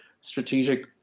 strategic